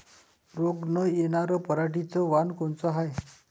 रोग न येनार पराटीचं वान कोनतं हाये?